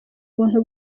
ubuntu